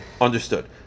understood